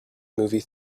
movie